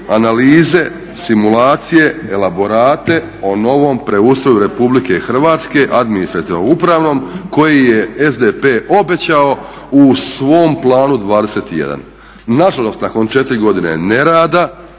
analize, simulacije, elaborate o novom preustroju RH administrativno-upravnom koji je SDP obećao u svom Planu 21. Nažalost, nakon 4 godine ne rada,